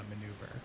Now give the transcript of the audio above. maneuver